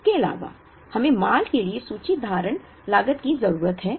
इसके अलावा हमें माल के लिए सूची धारण लागत की जरूरत है